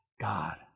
God